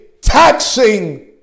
taxing